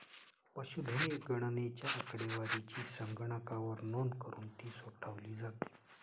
पशुधन गणनेच्या आकडेवारीची संगणकावर नोंद करुन ती साठवली जाते